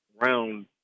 round